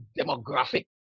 demographic